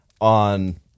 on